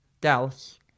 Dallas